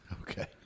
Okay